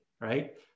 right